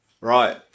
right